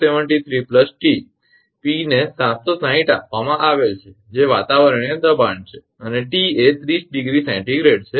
392𝑝 273𝑡 𝑝 ને 760 આપવામાં આવેલ છે જે વાતાવરણીય દબાણ છે અને 𝑡 એ 30° 𝐶 છે